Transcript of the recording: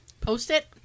Post-it